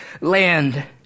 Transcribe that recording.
land